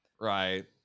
Right